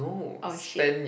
oh shit